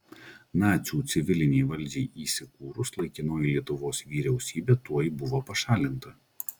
nacių civilinei valdžiai įsikūrus laikinoji lietuvos vyriausybė tuoj buvo pašalinta